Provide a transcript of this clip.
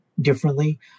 differently